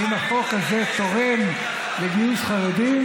ואם החוק הזה תורם לגיוס חרדים,